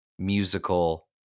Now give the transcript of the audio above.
musical